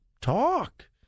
talk